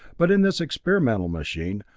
but in this experimental machine,